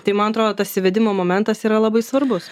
tai man atrodo tas įvedimo momentas yra labai svarbus